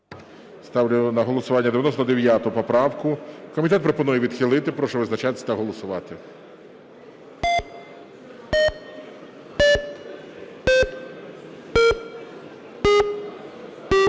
Ставлю на голосування 99 поправку. Комітет пропонує відхилити. Прошу визначатись та голосувати.